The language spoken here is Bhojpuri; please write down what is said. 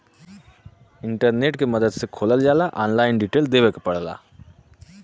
इंटरनेट के मदद से खोलल जाला ऑनलाइन डिटेल देवे क पड़ेला